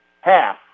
half